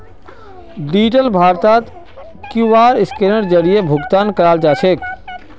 digital भारतत QR scanner जरीए भुकतान कराल जाछेक